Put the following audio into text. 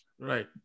Right